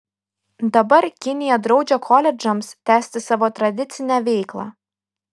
dabar kinija draudžia koledžams tęsti savo tradicinę veiklą